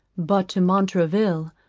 but to montraville,